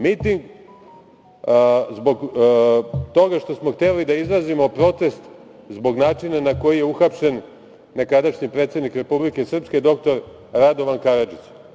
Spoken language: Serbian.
Miting zbog toga što smo hteli da izrazimo protest zbog načina na koji je uhapšen nekadašnji predsednik Republike Srpske dr Radovan Karadžić.